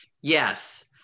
Yes